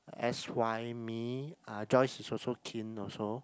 s_y me uh Joyce is also keen also